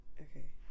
okay